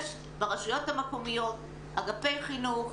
יש ברשויות המקומיות אגפי חינוך,